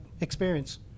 experience